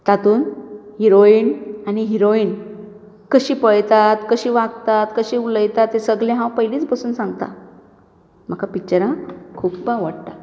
तातूंत हिरोयीन आनी हिरोयीन कशीं पळयतात कशीं वागतात कशीं उलयतात तें सगळें हांव पयलींच बसून सांगतां म्हाका पिक्चरां खूब आवडटात